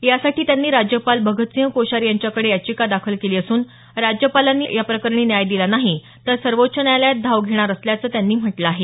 यासाठी त्यांनी राज्यपाल भगतसिंह कोश्यारी यांच्याकडे याचिका दाखल केली असून राज्यपालांनी या प्रकरणी न्याय दिला नाही तर सर्वोच्च न्यायालयात धाव घेणार असल्याचं त्यांनी म्हटलं आहे